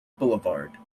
boulevard